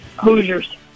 Hoosiers